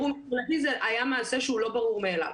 מבחינתי זה היה מעשה שהוא לא ברור מאליו.